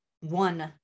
one